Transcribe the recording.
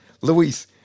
Luis